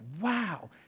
wow